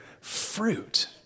fruit